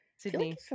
Sydney